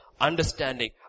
understanding